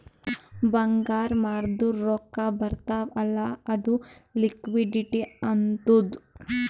ಬಂಗಾರ್ ಮಾರ್ದುರ್ ರೊಕ್ಕಾ ಬರ್ತಾವ್ ಅಲ್ಲ ಅದು ಲಿಕ್ವಿಡಿಟಿ ಆತ್ತುದ್